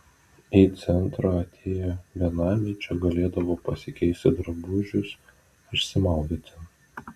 į centrą atėję benamiai čia galėdavo pasikeisti drabužius išsimaudyti